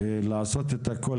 וואלה, עם כל הכבוד,